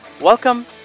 Welcome